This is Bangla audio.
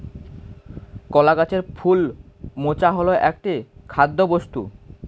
কলা গাছের ফুল মোচা হল একটি খাদ্যবস্তু